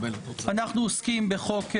אנחנו עוסקים בחוק הכנסת,